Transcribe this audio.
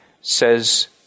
says